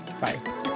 Bye